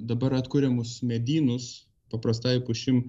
dabar atkuriamus medynus paprastąja pušim